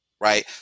Right